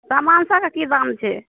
समान सबके की दाम छै